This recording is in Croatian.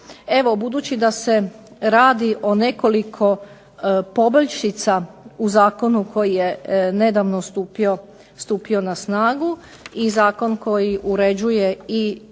budući da se radi o nekoliko poboljšica u zakonu koji je nedavno stupio na snagu i zakon koji uređuje i